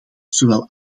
zowel